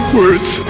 words